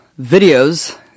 videos